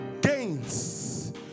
gains